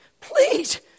please